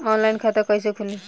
Online खाता कईसे खुलि?